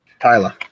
Tyler